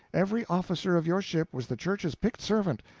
every officer of your ship was the church's picked servant,